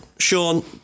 Sean